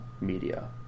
media